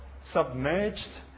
submerged